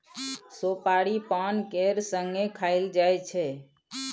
सोपारी पान केर संगे खाएल जाइ छै